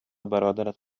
برادرت